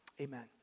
Amen